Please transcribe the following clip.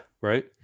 right